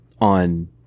On